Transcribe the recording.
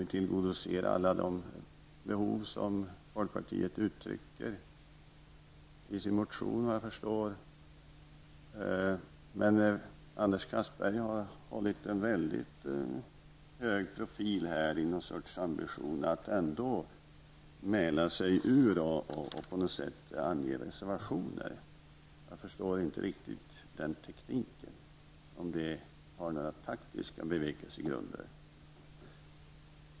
Vi tillgodoser alla de behov folkpartiet uttrycker i sin motion efter vad jag förstår. Men Anders Castberger har hållit en hög profil här i någon sorts ambition att ändå mäla sig ur och på något sätt ange reservation. Jag förstår inte riktigt den tekniken. Kanske har den några taktiska bevekelsegrunder.